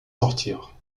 sortir